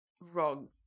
wrong